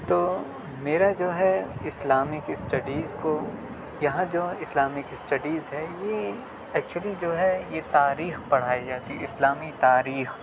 تو میرا جو ہے اسلامک اسٹڈیز کو یہاں جو اسلامک اسٹڈیز ہے یہ ایکچولی جو ہے یہ تاریخ پڑھائی جاتی ہے اسلامی تاریخ